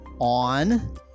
On